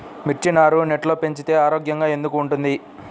మిర్చి నారు నెట్లో పెంచితే ఆరోగ్యంగా ఎందుకు ఉంటుంది?